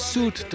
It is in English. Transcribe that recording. Suit